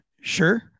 Sure